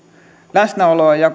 läsnäoloa ja